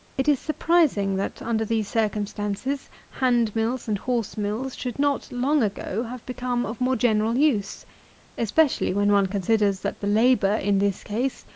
it is surprising, that under these circumstances, hand-mills and horse-mills should not, long ago, have become of more general use especially when one considers that the labour, in this case,